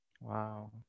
Wow